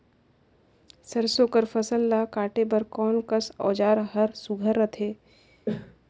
सरसो कर फसल ला काटे बर कोन कस औजार हर सुघ्घर रथे?